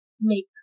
make